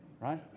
Right